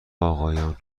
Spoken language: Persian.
آقایان